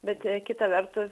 bet kita vertus